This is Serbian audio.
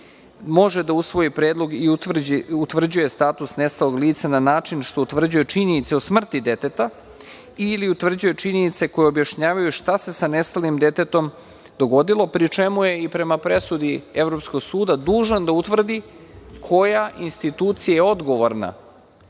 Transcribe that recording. Može da usvoji predlog i utvrđuje status nestalog lica na način što utvrđuje činjenice o smrti deteta ili utvrđuje činjenice koje objašnjavaju šta se sa nestalim detetom dogodilo, pri čemu je i, prema presudi Evropskog suda, dužan da utvrdi koja institucija je odgovorna